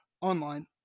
online